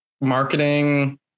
marketing